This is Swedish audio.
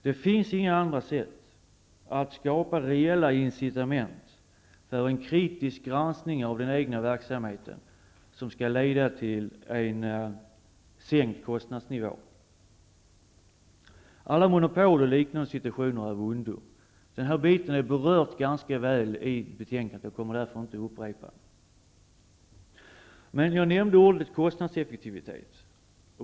Det finns inga andra sätt att skapa reella incitament för en kritisk granskning av den egna verksamheten, som leder till en lägre kostnadsnivå. Alla monopol och liknande situationer är av ondo. Detta har tagits upp ganska ordentligt i betänkandet, och jag skall därför inte upprepa det. Jag nämnde ordet kostnadseffektivitet.